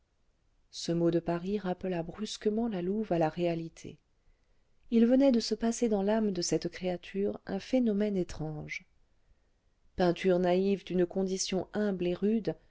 ce mot de paris rappela brusquement la louve à la réalité il venait de se passer dans l'âme de cette créature un phénomène étrange peinture naïve d'une condition humble et rude